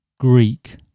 Greek